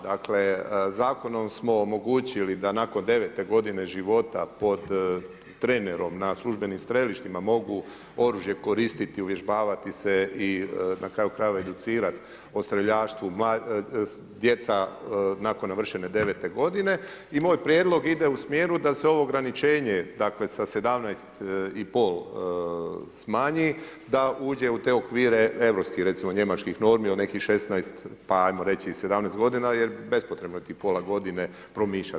Dakle, zakonom smo omogućili da nakon 9 g. života pod trenerom na službenim strelištima, mogu oružje koristiti, uvježbavati se i na kraju krajeva educirati, o streljaštvu, djeca nakon navršene 9 g. I moj prijedlog ide u smjeru, da se ovo ograničenje sa 17,5 smanji da uđe u te okvire europskih, recimo Njemačkih normi, od nekih 16, pa ajmo reći i 17 g. jer bespotrebno je tih pola godine promišljati.